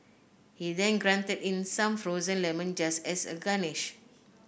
he then grated in some frozen lemon just as a garnish